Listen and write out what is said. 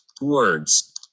words